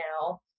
now